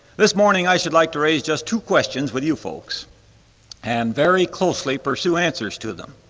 this morning i should like to raise just two questions with you folks and very closely pursue answers to them.